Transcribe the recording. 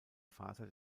vater